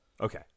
Okay